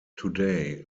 today